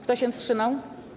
Kto się wstrzymał?